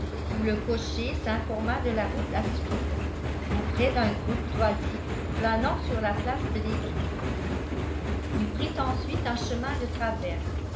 où le cocher s'informa de la route à suivre auprès d'un groupe d'oisifs flânant sur la place de l'église il prit ensuite un chemin de traverse